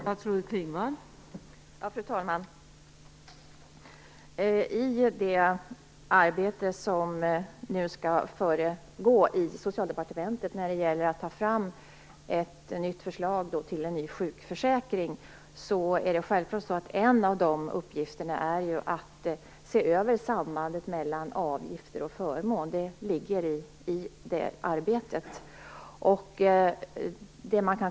Fru talman! En av uppgifterna i det arbete som nu skall ske i Socialdepartementet för att ta fram ett förslag till en ny sjukförsäkring är självfallet att se över sambandet mellan avgifter och förmåner. Det ligger i det arbetet.